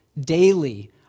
daily